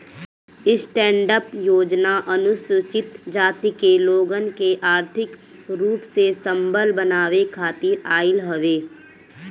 stand up योजना अनुसूचित जाति के लोगन के आर्थिक रूप से संबल बनावे खातिर आईल हवे